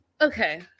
okay